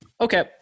Okay